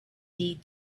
need